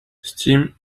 steam